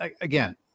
again